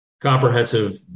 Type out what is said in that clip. comprehensive